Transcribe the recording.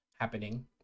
happening